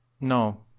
No